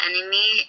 enemy